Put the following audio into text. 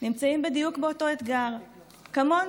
נמצאים בדיוק באותו אתגר כמונו,